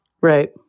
Right